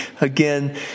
again